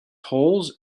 holes